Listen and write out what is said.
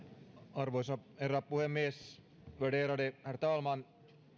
arvoisa herra puhemies värderade herr talman